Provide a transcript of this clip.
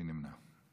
מי נמנע?